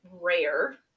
rare